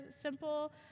simple